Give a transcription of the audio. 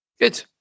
Good